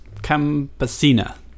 campesina